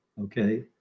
okay